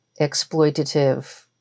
exploitative